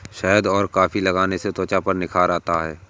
शहद और कॉफी लगाने से त्वचा पर निखार आता है